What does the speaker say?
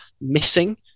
missing